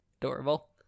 Adorable